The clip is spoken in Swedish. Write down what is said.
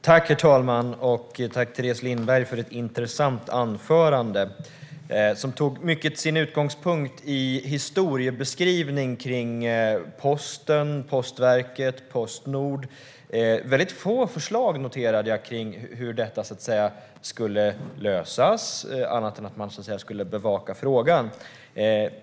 Herr talman! Jag tackar Teres Lindberg för ett intressant anförande som tog sin utgångspunkt i en historiebeskrivning av Postverket, Posten och Postnord. Jag noterade dock få förslag på hur detta ska lösas, annat än att man ska bevaka frågan.